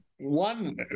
One